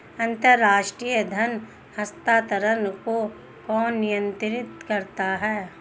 अंतर्राष्ट्रीय धन हस्तांतरण को कौन नियंत्रित करता है?